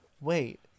wait